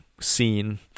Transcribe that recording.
scene